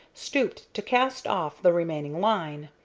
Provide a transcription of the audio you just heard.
stooped to cast off the remaining line.